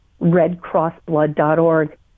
redcrossblood.org